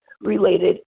related